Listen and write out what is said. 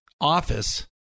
office